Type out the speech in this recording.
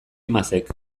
imazek